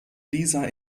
dieser